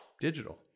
digital